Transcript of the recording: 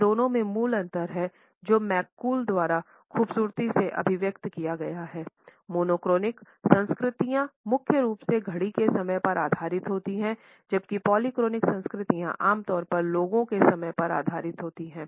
इन दोनों में मूल अंतर है जो मैककूल द्वारा खूबसूरती से अभिव्यक्त किया गया है मोनोक्रॉनिक संस्कृतियां मुख्य रूप से घड़ी के समय पर आधारित होती हैं जबकि पॉलीक्रॉनिक संस्कृतियां आमतौर पर लोगों के समय पर आधारित होते हैं